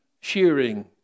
shearing